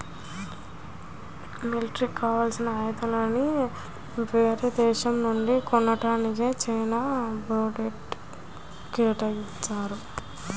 మిలిటరీకి కావాల్సిన ఆయుధాలని యేరే దేశాల నుంచి కొంటానికే చానా బడ్జెట్ను కేటాయిత్తారు